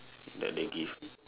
that they give